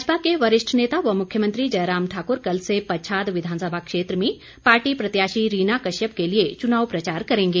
भाजपा के वरिष्ठ नेता व मुख्यमंत्री जयराम ठाकुर कल से पच्छाद विधानसभा क्षेत्र में पार्टी प्रत्याशी रीना कश्यप के लिए चुनाव प्रचार करेंगे